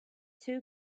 two